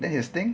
then his things